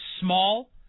small